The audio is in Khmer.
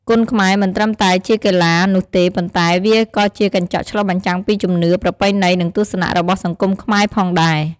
គុនខ្មែរមិនត្រឹមតែជាកីឡានោះទេ ប៉ុន្តែវាក៏ជាកញ្ចក់ឆ្លុះបញ្ចាំងពីជំនឿ ប្រពៃណី និងទស្សនៈរបស់សង្គមខ្មែរផងដែរ។